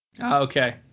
Okay